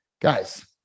guys